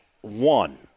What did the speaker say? one